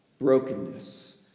brokenness